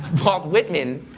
walt whitman,